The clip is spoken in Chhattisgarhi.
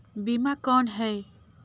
बीमा कौन है?